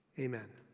amen.